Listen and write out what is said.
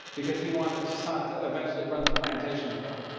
because he wanted toussainte to eventually run the plantation for him.